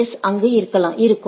S ஆக இருக்கும்